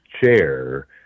chair